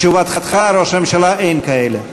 תשובתך, ראש הממשלה: אין כאלה.